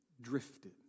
drifted